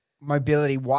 mobility